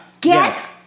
Get